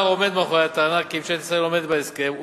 עומד מאחורי הטענה כי ממשלת ישראל עומדת בהסכם,